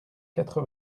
quatre